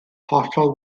hollol